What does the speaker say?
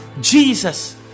Jesus